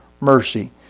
mercy